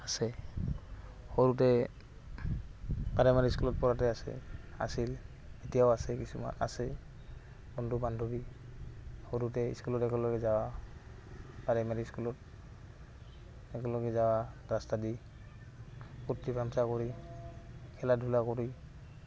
আছে সৰুতে প্ৰাইমাৰী স্কুলত পঢ়োতে আছে আছিল এতিয়াও আছে কিছুমান আছে বন্ধু বান্ধৱী সৰুতে স্কুলত একেলগে যাৱা প্ৰাইমাৰী স্কুলত একেলগে যাৱা ৰাস্তা দি ফুৰ্ত্তি তামচা কৰি খেলা ধূলা কৰি